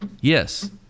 Yes